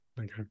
Okay